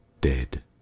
dead